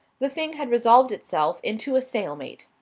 the thing had resolved itself into a stalemate.